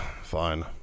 Fine